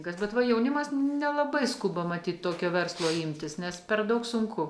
kad bet va jaunimas nelabai skuba matyt tokio verslo imtis nes per daug sunku